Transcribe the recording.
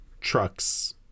trucks